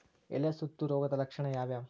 ಎಲೆ ಸುತ್ತು ರೋಗದ ಲಕ್ಷಣ ಯಾವ್ಯಾವ್?